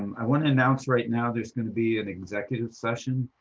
i want to announce right now there is going to be an executive session